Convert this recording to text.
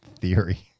Theory